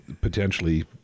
potentially